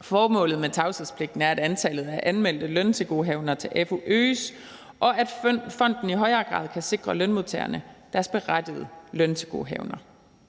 Formålet med tavshedspligten er, at antallet af anmeldte løntilgodehavender til AFU øges, og at fonden i højere grad kan sikre lønmodtagerne deres berettigede løntilgodehavender.